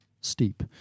steep